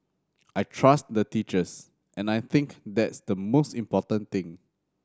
I trust the teachers and I think that's the most important thing